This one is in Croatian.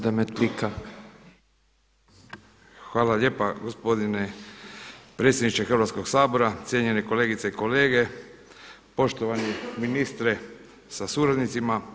Hvala lijepa gospodine predsjedniče Hrvatskoga sabora, cijenjene kolegice i kolege, poštovani ministre sa suradnicima.